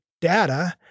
data